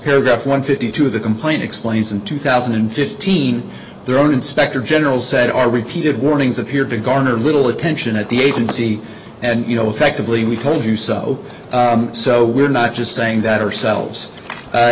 paragraph one fifty two of the complaint explains in two thousand and fifteen their own inspector general said our repeated warnings appeared to garner little attention at the agency and you know effectively we told you so so we're not just saying that ourselves